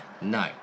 No